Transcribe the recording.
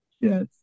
Yes